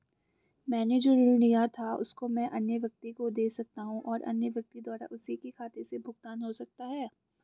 मैंने जो ऋण लिया था उसको मैं अन्य व्यक्ति को दें सकता हूँ और अन्य व्यक्ति द्वारा उसी के खाते से भुगतान हो सकता है?